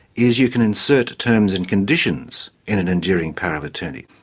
is you can insert terms and conditions in an enduring power of attorney,